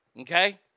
Okay